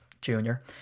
junior